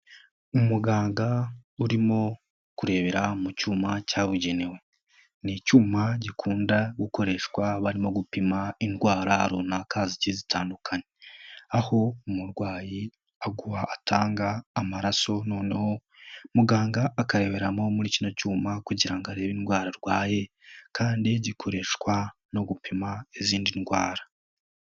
Umuganga urimo kurebera mu cyuma cyabugenewe. Ni icyuma gikunda gukoreshwa barimo gupima indwara runaka ziki zitandukanye, aho umurwayi atanga amaraso, noneho muganga akareberamo muri kino cyuma kugira arebe indwara arwaye kandi gikoreshwa no gupima izindi ndwara.